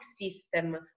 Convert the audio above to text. system